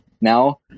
now